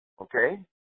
okay